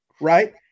right